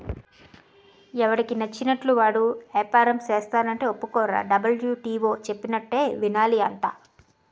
ఎవడికి నచ్చినట్లు వాడు ఏపారం సేస్తానంటే ఒప్పుకోర్రా డబ్ల్యు.టి.ఓ చెప్పినట్టే వినాలి అంతా